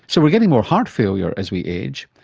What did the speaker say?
so we're getting more heart failure as we age,